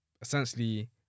Essentially